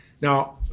Now